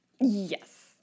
yes